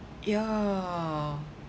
yeah